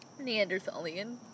Neanderthalian